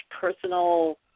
personal